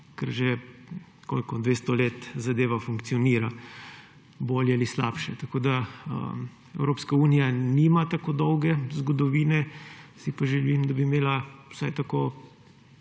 ker že – koliko? – 200 let zadeva funkcionira, bolje ali slabše. Evropska unija nima tako dolge zgodovine, si pa želim, da bi imela vsaj tako